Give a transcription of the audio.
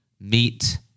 Meet